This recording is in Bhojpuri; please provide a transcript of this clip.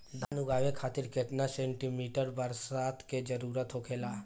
धान उगावे खातिर केतना सेंटीमीटर बरसात के जरूरत होखेला?